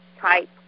type